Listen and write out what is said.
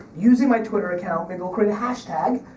using my twitter account, maybe we'll create a hashtag,